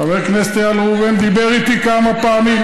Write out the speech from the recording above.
חבר הכנסת איל בן ראובן דיבר איתי כמה פעמים,